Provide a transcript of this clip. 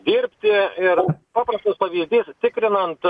dirbti ir paprastas pavyzdys tikrinant